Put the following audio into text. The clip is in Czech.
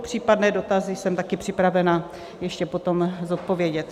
Případné dotazy jsem také připravena ještě potom zodpovědět.